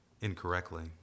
incorrectly